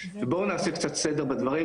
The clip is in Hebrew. לא משנה מאיפה באה הדרישה,